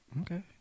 Okay